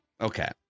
okay